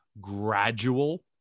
gradual